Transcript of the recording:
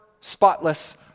spotless